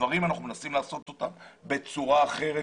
אנחנו מנסים לעשות את הדברים בצורה אחרת,